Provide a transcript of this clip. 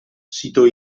sito